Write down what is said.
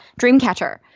Dreamcatcher